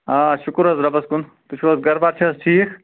آ شکر حظ رۄبَس کُن تُہۍ چھُو حظ گھرٕ بار چھا حظ ٹھیٖک